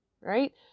right